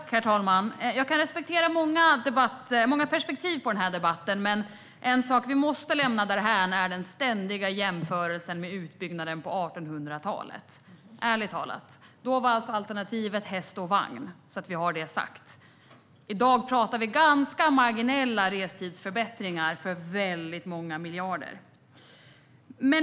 Herr talman! Jag kan respektera många perspektiv på denna debatt, men en sak som vi måste lämna därhän är den ständiga jämförelsen med utbyggnaden på 1800-talet. Ärligt talat - då var alternativet häst och vagn, bara så att vi har det sagt. I dag talar vi om ganska marginella restidsförbättringar för väldigt många miljarder.